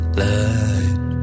light